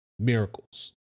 miracles